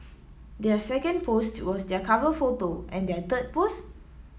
their second post was their cover photo and their third post